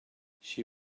she